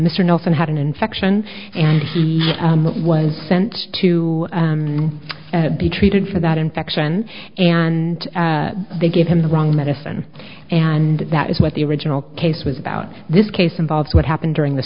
nelson had an infection and was sent to be treated for that infection and they gave him the wrong medicine and that is what the original case was about this case involves what happened during the